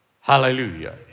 Hallelujah